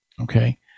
Okay